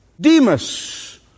Demas